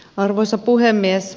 arvoisa puhemies